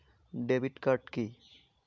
Debit card key?